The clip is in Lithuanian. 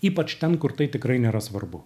ypač ten kur tai tikrai nėra svarbu